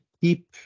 keep